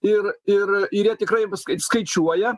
ir ir ir jie tikrai viską ir skaičiuoja